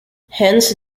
hence